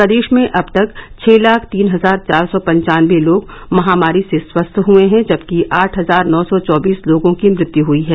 प्रदेश में अब तक छः लाख तीन हजार चार सौ पंचानबे लोग महामारी से स्वस्थ हुए हैं जबकि आठ हजार नौ सौ चौबीस लोगों की मृत्यु हुयी है